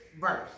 verse